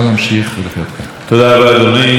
חברת הכנסת יעל גרמן, בבקשה.